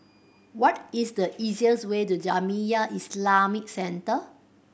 what is the easiest way to Jamiyah Islamic Centre